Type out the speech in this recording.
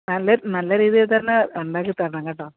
നല്ല നല്ല രീതിയിൽ തന്നെ ഉണ്ടാക്കി തരണം കേട്ടോ